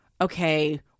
okay